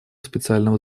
специального